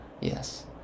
Yes